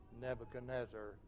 Nebuchadnezzar